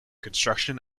construction